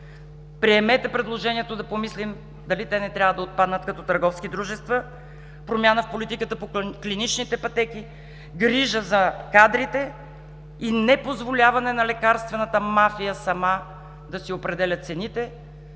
Приемете предложението да помислим дали те не трябва да отпаднат като търговски дружества, промяна в политиката по клиничните пътеки, грижа за кадрите, и непозволяване на лекарствената мафия сама да си определя цените,